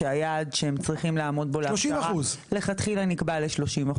שהיעד שהם צריכים לעמוד בו להכשרה לכתחילה נקבע ל-30%.